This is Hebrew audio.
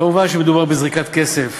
כמובן, מדובר בזריקת כסף